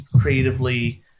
creatively